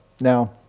now